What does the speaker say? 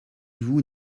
vous